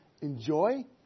enjoy